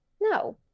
No